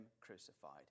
crucified